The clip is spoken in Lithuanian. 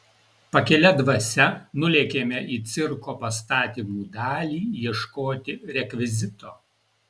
pakilia dvasia nulėkėme į cirko pastatymų dalį ieškoti rekvizito